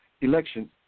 election